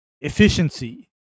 efficiency